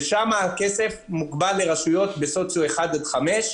שם הכסף מוגבל לרשויות בסוציו 1 5 .